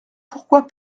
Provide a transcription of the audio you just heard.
pourquoi